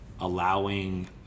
allowing